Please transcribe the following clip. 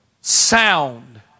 sound